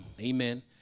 Amen